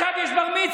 עכשיו יש בר-מצווה.